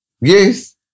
Yes